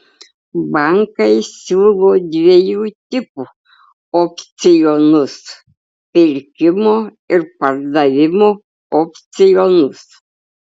bankai siūlo dviejų tipų opcionus pirkimo ir pardavimo opcionus